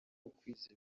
gukwiza